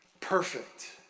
perfect